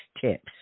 tips